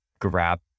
grab